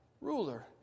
ruler